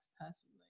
personally